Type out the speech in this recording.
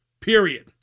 period